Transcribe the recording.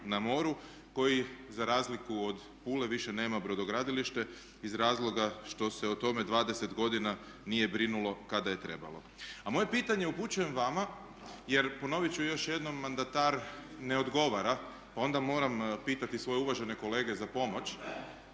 na moru koji za razliku od Pule više nema brodogradilište iz razloga što se o tome 20 godina nije brinulo kada je trebalo. A moje pitanje upućujem vama, jer ponovit ću još jednom mandatar ne odgovara, pa onda moram pitati svoje uvažene kolege za pomoć.